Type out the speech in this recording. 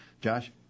Josh